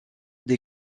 des